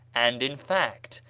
and, in fact,